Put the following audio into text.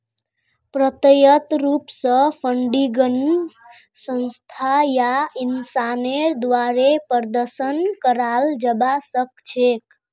प्रत्यक्ष रूप स फंडिंगक संस्था या इंसानेर द्वारे प्रदत्त कराल जबा सख छेक